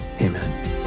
Amen